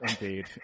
Indeed